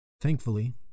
Thankfully